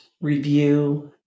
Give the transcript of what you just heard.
review